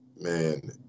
man